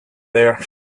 there